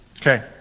Okay